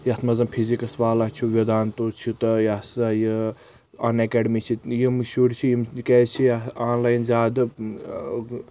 یتھ منٛز زن فزِکٕس والا چھُ وِدانتوٗ چھُ تہٕ یہ ہسا یہِ ان ایٚکیڈمی چھِ یِم شُرۍ چھِ یِم کیاز چھِ آن لایِن زیادٕ